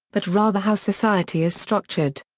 but rather how society is structured.